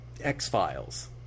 X-Files